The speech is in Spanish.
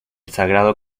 sagrado